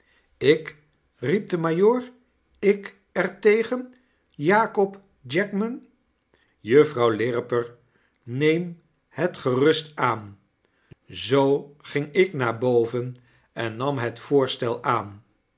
lk riep de majoor jk er tegen jakob jackman juffrouwlirriperneemhetgerustaan zoo ging ik naar boven en nam net voorstel aan